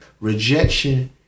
Rejection